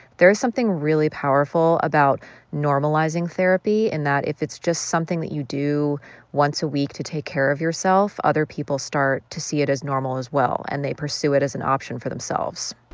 there is something really powerful about normalizing therapy in that, if it's just something that you do once a week to take care of yourself, other people start to see it as normal as well. and they pursue it as an option for themselves